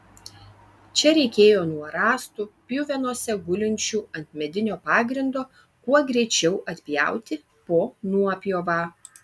čia reikėjo nuo rąstų pjuvenose gulinčių ant medinio pagrindo kuo greičiau atpjauti po nuopjovą